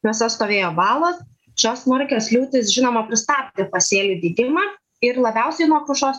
juose stovėjo balos šios smarkios liūtys žinoma pristabdė pasėlių dygimą ir labiausiai nuo krušos